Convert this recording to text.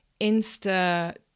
insta